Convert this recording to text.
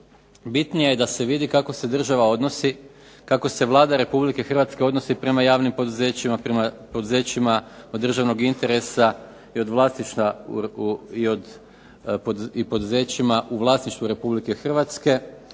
bitnije je da se vidi kako se država odnosi, kako se Vlada Republike Hrvatske prema javnim poduzećima, prema poduzećima od državnog interesa, i poduzećima u vlasništvu Republike Hrvatske